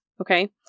Okay